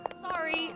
Sorry